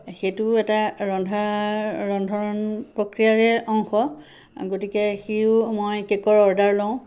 সেইটো এটা ৰন্ধাৰ ৰন্ধন প্ৰক্ৰিয়াৰে অংশ গতিকে সিও মই কে'কৰ অৰ্ডাৰ লওঁ